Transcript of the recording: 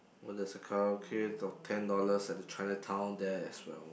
oh there's a karaoke of ten dollars at the Chinatown there as well